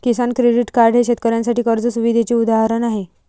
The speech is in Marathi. किसान क्रेडिट कार्ड हे शेतकऱ्यांसाठी कर्ज सुविधेचे उदाहरण आहे